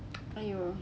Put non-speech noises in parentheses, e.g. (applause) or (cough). (noise) !aiyo!